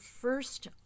first